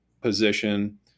position